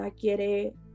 quiere